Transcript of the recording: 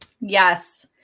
Yes